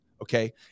okay